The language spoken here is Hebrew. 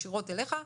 ישירות אליך,